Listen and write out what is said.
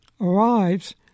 arrives